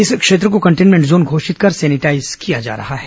इस क्षेत्र को कंटेन्मेंट जोन घोषित कर सैनिटाईज किया जा रहा है